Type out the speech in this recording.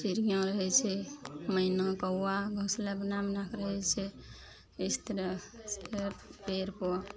चिड़ियाँ रहय छै मैना कौआ घोसला बना बनाकए रहय छै इस तरह पेड़पर